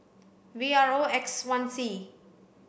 V R O X one C